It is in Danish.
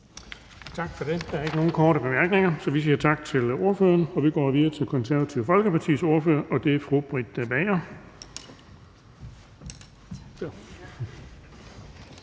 Tak for det. Der er ikke nogen korte bemærkninger. Tak til ordføreren. Vi går videre til Konservative Folkepartis ordfører, og det er fru Britt Bager.